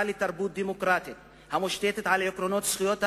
לתרבות דמוקרטית המושתתת על עקרונות זכויות האדם,